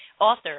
author